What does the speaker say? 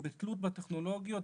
בתלות בטכנולוגיות,